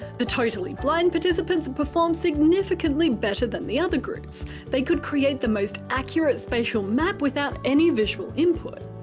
the totally blind participants performed significantly better than the other groups they could create the most accurate spatial map without any visual input.